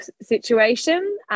situation